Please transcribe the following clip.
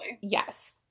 Yes